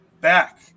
back